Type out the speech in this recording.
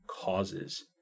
causes